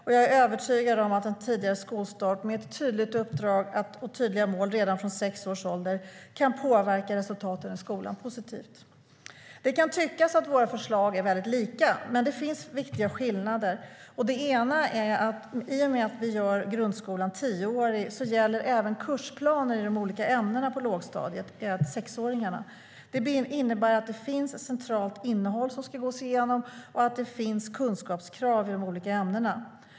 Och jag är övertygad om att en tidigare skolstart med ett tydligt uppdrag och tydliga mål redan från sex års ålder kan påverka resultaten i skolan positivt. Det kan tyckas att våra förslag är väldigt lika, men det finns viktiga skillnader. En skillnad är att i och med att vi gör grundskolan tioårig gäller kursplanerna i de olika ämnena på lågstadiet även sexåringarna. Det innebär att det finns ett centralt innehåll som ska gås igenom och att det finns kunskapskrav i de olika ämnena.